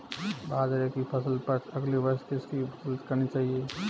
बाजरे की फसल पर अगले वर्ष किसकी फसल करनी चाहिए?